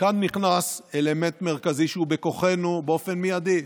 וכאן נכנס אלמנט מרכזי, שהוא בכוחנו באופן מיידי.